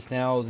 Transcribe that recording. now